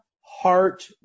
heart